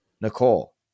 Nicole